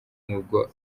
n’ubwo